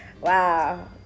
Wow